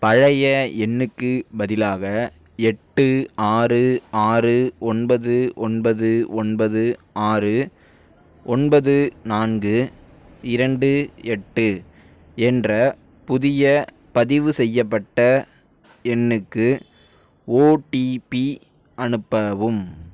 பழைய எண்ணுக்குப் பதிலாக எட்டு ஆறு ஆறு ஒன்பது ஒன்பது ஒன்பது ஆறு ஒன்பது நான்கு இரண்டு எட்டு என்ற புதிய பதிவுசெய்யப்பட்ட எண்ணுக்கு ஓடிபி அனுப்பவும்